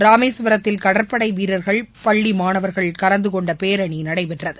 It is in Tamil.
ராமேஸ்வரத்தில் கடற்படை வீரர்கள் பள்ளி மாணவர்கள் கலந்து கொண்ட பேரணி நடைபெற்றது